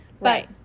Right